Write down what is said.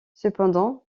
cependant